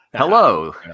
Hello